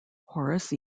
horace